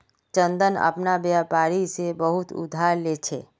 चंदन अपना व्यापारी से बहुत उधार ले छे